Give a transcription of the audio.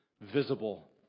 visible